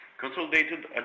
Consolidated